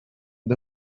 the